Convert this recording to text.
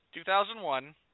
2001